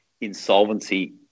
insolvency